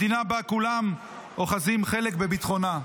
מדינה שבה כולם אוחזים חלק בביטחונה.